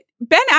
Ben